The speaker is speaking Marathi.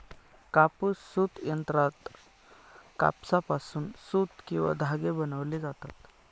कापूस सूत यंत्रात कापसापासून सूत किंवा धागे बनविले जातात